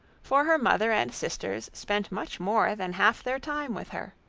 for her mother and sisters spent much more than half their time with her.